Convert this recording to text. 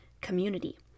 community